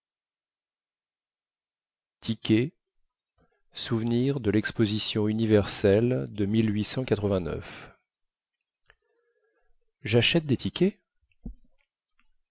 souvenir de lexposition universelle de jachète des tickets